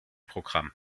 programm